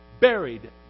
buried